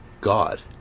God